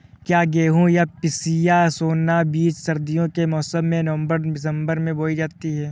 क्या गेहूँ या पिसिया सोना बीज सर्दियों के मौसम में नवम्बर दिसम्बर में बोई जाती है?